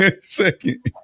Second